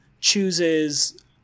chooses